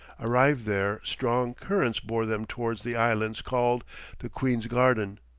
arrived there, strong currents bore them towards the islands called the queen's garden,